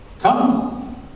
Come